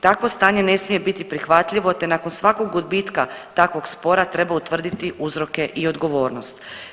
Takvo stanje ne smije biti prihvatljivo te nakon svakog odbitka takvog spora treba utvrditi uzroke i odgovornost.